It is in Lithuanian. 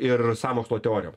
ir sąmokslo teorijom